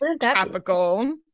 tropical